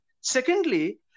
Secondly